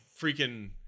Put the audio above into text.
freaking